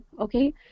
okay